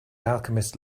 alchemist